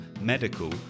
medical